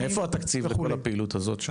מאיפה התקציב לכל הפעילות הזו?